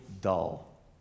dull